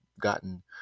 gotten